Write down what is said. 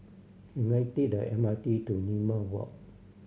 can I take the M R T to Limau Walk